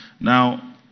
Now